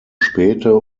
späte